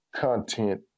content